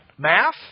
Math